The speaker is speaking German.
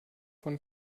von